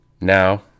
Now